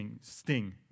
sting